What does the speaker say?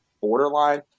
borderline